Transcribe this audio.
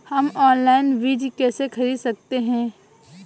हम ऑनलाइन बीज कैसे खरीद सकते हैं?